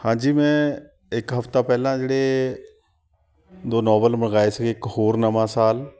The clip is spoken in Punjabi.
ਹਾਂਜੀ ਮੈਂ ਇੱਕ ਹਫ਼ਤਾ ਪਹਿਲਾਂ ਜਿਹੜੇ ਦੋ ਨੋਵਲ ਮੰਗਵਾਏ ਸੀਗੇ ਇੱਕ ਹੋਰ ਨਵਾਂ ਸਾਲ